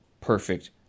perfect